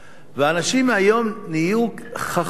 ואנשים היום נהיו חכמים: